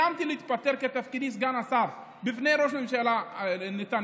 איימתי להתפטר מתפקידי כסגן השר בפני ראש הממשלה נתניהו,